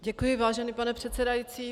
Děkuji, vážený pane předsedající.